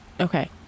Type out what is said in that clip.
Okay